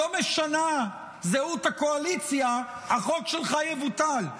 לא משנה זהות הקואליציה, החוק שלך יבוטל.